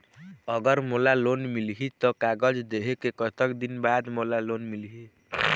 अगर मोला लोन मिलही त कागज देहे के कतेक दिन बाद मोला लोन मिलही?